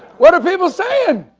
what are people saying?